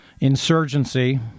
Insurgency